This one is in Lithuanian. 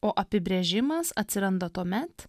o apibrėžimas atsiranda tuomet